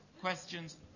questions